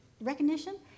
recognition